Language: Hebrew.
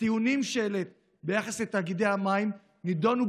הטיעונים שהעלית ביחס לתאגידי המים נדונו